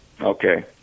Okay